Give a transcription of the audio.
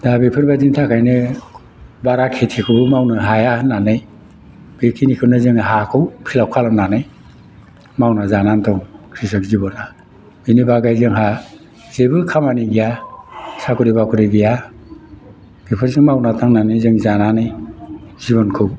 दा बेफोरबायदिनि थाखायनो बारा खेथिखौबो मावनो हाया होननानै बेखिनिखौनो जोङो हाखौ फिलाप खालामनानै मावना जाना दं ख्रिसक जिबना बेनि बादै जोंहा जेबो खामानि गैया साख्रि बाख्रि गैया बेफोरजों मावना दांनानै जों जानानै जिबनखौ